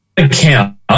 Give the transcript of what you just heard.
account